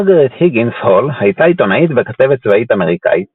מרגריט היגינס הול הייתה עיתונאית וכתבת צבאית אמריקאית.